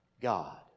God